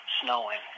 snowing